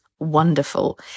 Wonderful